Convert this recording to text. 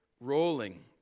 rolling